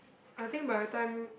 I think by the time